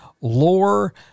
Lore